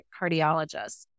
cardiologist